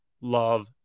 love